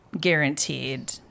guaranteed